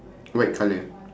white colour